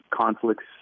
conflicts